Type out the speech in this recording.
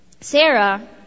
sarah